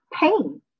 pain